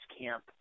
Camp